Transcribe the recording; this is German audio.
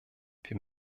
wir